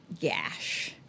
gash